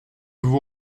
vous